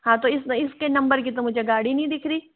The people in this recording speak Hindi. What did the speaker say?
हाँ तो इस इसके नंबर की तो मुझे गाड़ी नहीं दिख रही